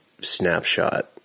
snapshot